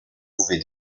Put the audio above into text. pouvait